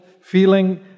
feeling